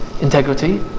integrity